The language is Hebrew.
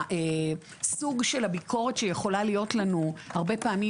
סוג של הביקורת שיכולה להיות לנו הרבה פעמים